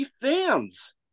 fans